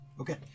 Okay